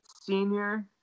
senior